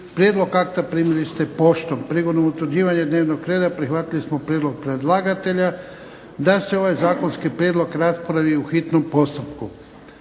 Prijedlog akta primili ste poštom. Prigodom utvrđivanja dnevnog reda prihvatili smo prijedlog predlagatelja da se ovaj zakonski prijedlog raspravi u hitnom postupku.